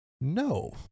no